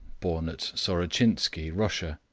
born at sorochintsky, russia,